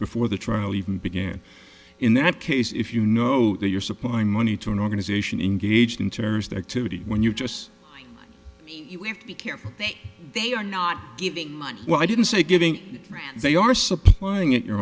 before the trial even began in that case if you know that you're supplying money to an organization engaged in terrorist activity when you just have to be careful they are not giving much well i didn't say giving iran they are supplying